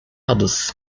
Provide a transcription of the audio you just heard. los